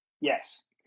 Yes